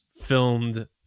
filmed